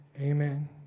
amen